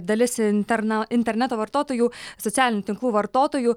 dalis interna interneto vartotojų socialinių tinklų vartotojų